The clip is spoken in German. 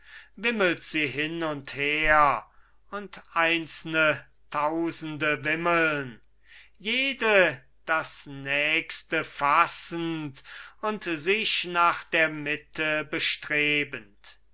wimmelt sie hin und her und einzelne tausende wimmeln jede das nächste fassend und sich nach der mitte bestrebend